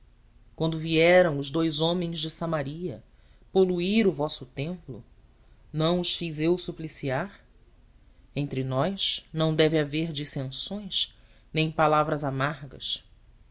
quando vieram os dous homens de samaria poluir o vosso templo não os fiz eu supliciar entre nós não deve haver dissensões nem palavras amargas